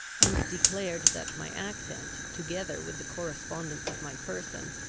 and declared that my accent, together with the correspondence of my person,